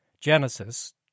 Genesis